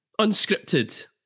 unscripted